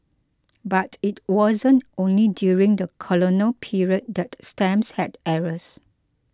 but it wasn't only during the colonial period that stamps had errors